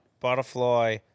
butterfly